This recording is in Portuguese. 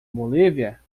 bolívia